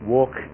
Walk